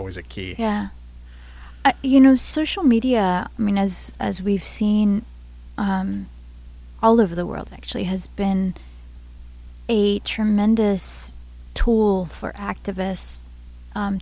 always a key yeah you know social media i mean as as we've seen all over the world actually has been a tremendous tool for activists